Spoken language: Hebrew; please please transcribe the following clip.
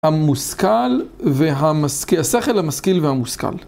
המושכל והמשכיל... השכל, המשכיל והמושכל.